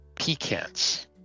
pecans